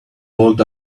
walked